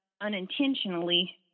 unintentionally